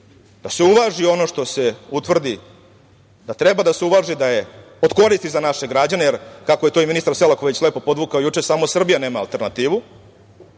Da se uvaži ono što se utvrdi, da treba da se uvaži da je od koristi za naše građane, jer kako je to i ministar Selaković lepo podvukao juče, samo Srbija nema alternativu.